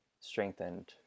strengthened